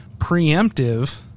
preemptive